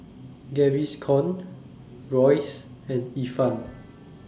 Gaviscon Royce and Ifan